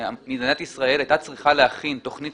מדינת ישראל הייתה צריכה להכין תוכנית